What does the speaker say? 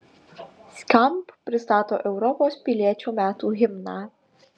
skamp pristato europos piliečių metų himną